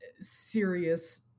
serious